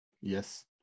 Yes